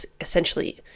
essentially